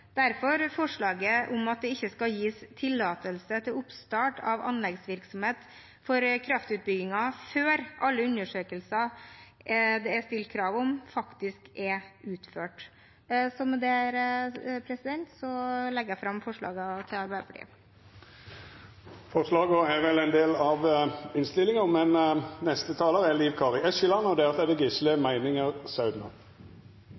derfor forslaget om at det ikke skal gis tillatelse til oppstart av anleggsvirksomhet for kraftutbygginger før alle undersøkelser det er stilt krav om, faktisk er utført. Intensjonen bak dette Dokument 8-forslaget er nok god, og langt på veg er det